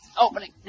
opening